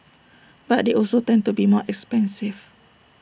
but they also tend to be more expensive